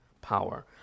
power